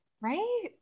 Right